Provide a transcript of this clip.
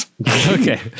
Okay